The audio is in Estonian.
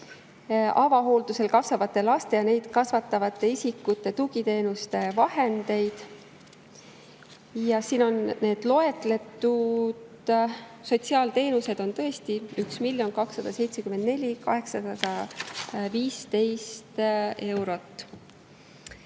[asendus]hooldusel kasvavate laste ja neid kasvatavate isikute tugiteenuste vahendeid. Siin on need loetletud. Sotsiaalteenuste [kärbe] on tõesti 1 274 815 eurot.